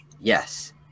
Yes